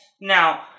Now